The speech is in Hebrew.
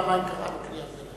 פעמיים קראה לו קריאת ביניים.